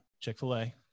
Chick-fil-A